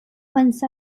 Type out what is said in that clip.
once